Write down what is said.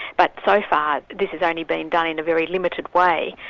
but so far, this has only been done in a very limited way,